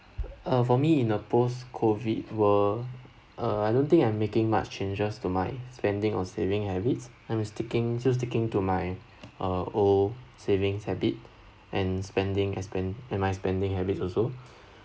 uh for me in a post COVID world uh I don't think I'm making much changes to my spending or saving habits I'm sticking just sticking to my uh old savings habit and spending expen~ and my spending habits also